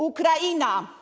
Ukraina!